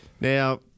Now